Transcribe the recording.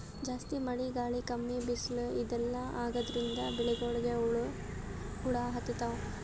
ಜಾಸ್ತಿ ಮಳಿ ಗಾಳಿ ಕಮ್ಮಿ ಬಿಸ್ಲ್ ಇದೆಲ್ಲಾ ಆಗಾದ್ರಿಂದ್ ಬೆಳಿಗೊಳಿಗ್ ಹುಳಾ ಹತ್ತತಾವ್